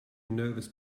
nervous